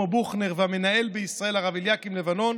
בוכנר והמנהל בישראל הרב אליקים לבנון,